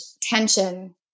tension